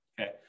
Okay